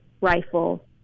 rifle